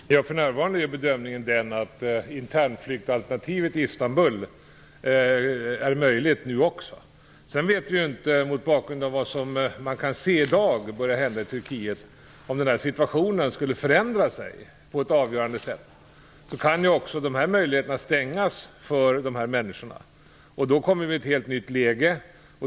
Fru talman! För närvarande är bedömningen att det är möjligt med internflyktsalternativet i Istanbul. Mot bakgrund av vad man i dag kan se av utvecklingen i Turkiet vet man inte om den här situationen kommer att förändras på något avgörande sätt. I så fall kan möjligheterna stängas för de här människorna. Då får vi ett helt nytt läge.